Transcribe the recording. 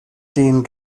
den